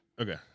Okay